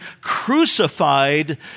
crucified